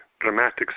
dramatic